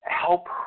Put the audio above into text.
help